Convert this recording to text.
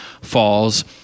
falls